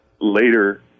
later